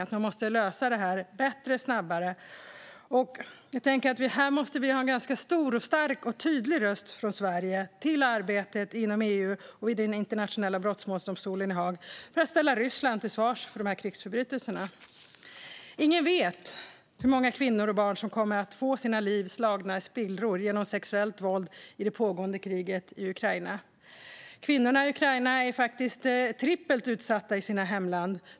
Frågan måste lösas bättre och snabbare. Här måste vi ha en stor, stark och tydlig röst från Sverige i arbetet inom EU och i den internationella brottmålsdomstolen i Haag för att ställa Ryssland till svars för krigsförbrytelserna. Ingen vet hur många kvinnor och barn som kommer att få sina liv slagna i spillror genom sexuellt våld i det pågående kriget i Ukraina. Kvinnorna i Ukraina är faktiskt trippelt utsatta i hemlandet.